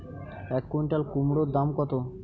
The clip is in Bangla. এক কুইন্টাল কুমোড় দাম কত?